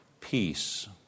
peace